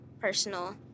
personal